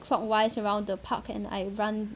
clockwise around the park and I run